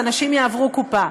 אז אנשים יעברו קופה.